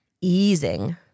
easing